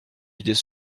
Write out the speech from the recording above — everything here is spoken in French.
idées